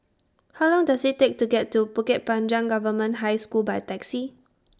How Long Does IT Take to get to Bukit Panjang Government High School By Taxi